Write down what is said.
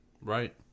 Right